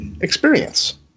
experience